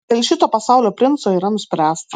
dėl šito pasaulio princo yra nuspręsta